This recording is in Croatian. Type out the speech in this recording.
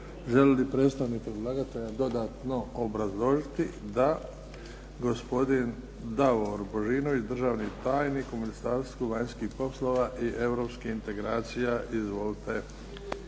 Želi li predstavnik predlagatelja dodatno obrazložiti? Da. Gospodin Davor Božinović, državni tajnik u Ministarstvu vanjskih poslova i europskih integracija. Izvolite.